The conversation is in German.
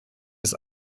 des